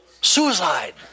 suicide